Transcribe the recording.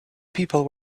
people